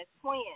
twins